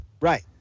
right